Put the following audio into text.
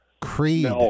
Creed